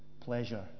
pleasure